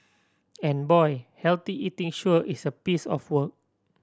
and boy healthy eating sure is a piece of work